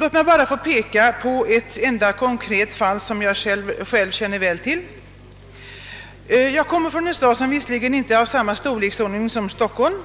Låt mig bara få peka på ett annat konkret exempel, som jag känner väl till. Jag kommer från en stad, som visserligen inte är av samma storleksordning som Stockholm